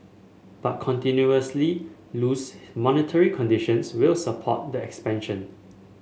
but continuously loose monetary conditions will support the expansion